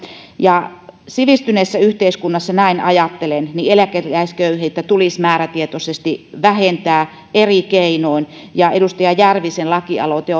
sivistyneessä yhteiskunnassa näin ajattelen eläkeläisköyhyyttä tulisi määrätietoisesti vähentää eri keinoin ja edustaja järvisen lakialoite